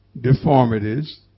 deformities